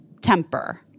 temper